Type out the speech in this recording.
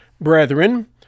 brethren